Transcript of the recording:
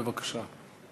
בבקשה.